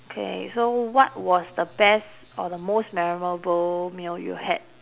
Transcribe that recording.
K so what was the best or the most memorable meal you had